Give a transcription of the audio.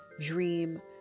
dream